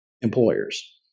employers